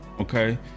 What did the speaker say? okay